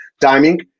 Timing